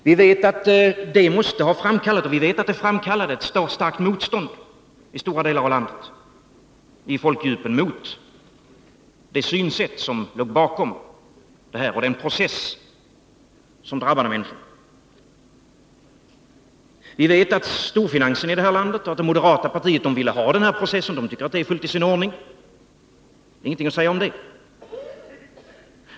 Vi vet att det framkallade ett starkt motstånd ifolkdjupen i stora delar av landet mot det synsätt som låg bakom det här och den process som drabbade människorna. Vi vet att storfinansen i det här landet och moderata samlingspartiet ville ha den processen. De tycker att detta är fullt i sin ordning och att det inte fanns någonting att säga om det.